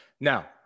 now